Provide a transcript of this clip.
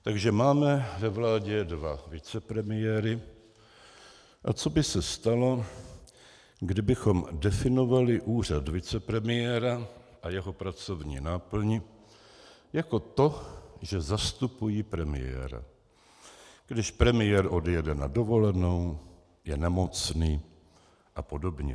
Takže máme ve vládě dva vicepremiéry, a co by se stalo, kdybychom definovali úřad vicepremiéra a jeho pracovní náplň jako to, že zastupují premiéra, když premiér odjede na dovolenou, je nemocný a podobně.